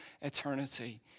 eternity